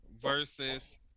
Versus